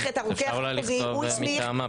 היתר מהגורם המוסמך או מי מטעמו.